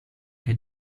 che